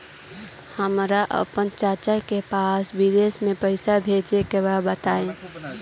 हमरा आपन चाचा के पास विदेश में पइसा भेजे के बा बताई